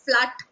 flat